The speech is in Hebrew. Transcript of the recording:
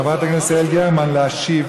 חברת הכנסת גרמן, להשיב.